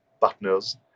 partners